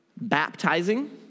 Baptizing